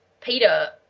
Peter